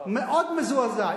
מאוד מזועזע.